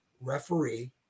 referee